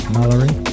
Mallory